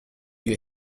you